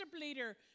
leader